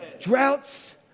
Droughts